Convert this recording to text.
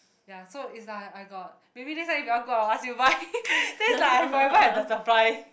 ya so it's like I got maybe next time if you want go I will ask you buy then it's like I forever have the supply